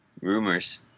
Rumors